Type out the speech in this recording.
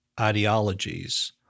ideologies